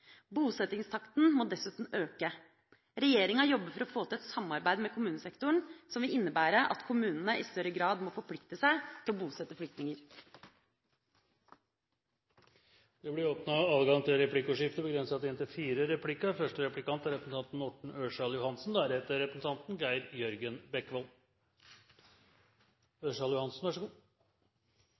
Bosettingstakten må dessuten øke. Regjeringa jobber for å få til et samarbeid med kommunesektoren, som vil innebære at kommunene i større grad må forplikte seg til å bosette flyktninger. Det blir replikkordskifte. I meldingen er man opptatt av barn og barns rettigheter – og ikke minst barns beste. Men så